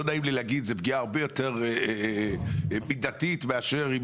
לא נעים לי לומר שזאת פגיעה הרבה יותר מידתית מאשר אם